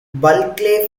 bulkley